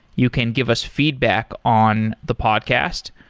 you can give us feedback on the podcast.